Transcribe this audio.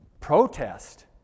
protest